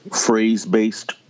phrase-based